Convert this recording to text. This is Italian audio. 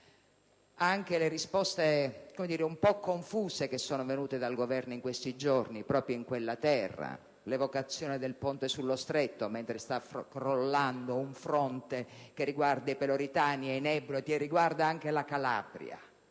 stanno: le risposte un po' confuse che sono venute dal Governo in questi giorni proprio in quella terra, l'evocazione del Ponte sullo Stretto mentre sta crollando un fronte che riguarda i Peloritani e i Nebrodi (e anche la Calabria,